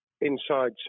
inside